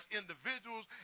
individuals